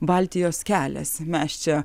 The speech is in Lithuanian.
baltijos kelias mes čia